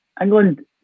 England